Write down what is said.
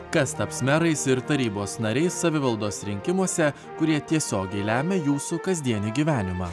kas taps merais ir tarybos nariais savivaldos rinkimuose kurie tiesiogiai lemia jūsų kasdienį gyvenimą